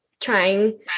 trying